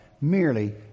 merely